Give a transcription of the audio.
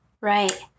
Right